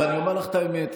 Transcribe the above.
ואני אומר לך את האמת,